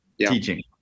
teaching